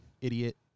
idiot